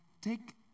take